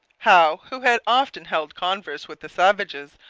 howe, who had often held converse with the savages,